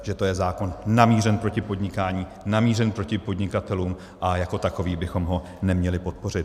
Že to je zákon namířený proti podnikání, namířený proti podnikatelům a jako takový bychom ho neměli podpořit.